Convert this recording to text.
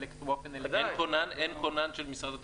אין כונן של משרד התשתיות?